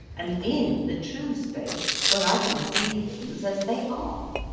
and in the true space, where i can see things as they are.